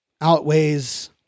outweighs